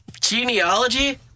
Genealogy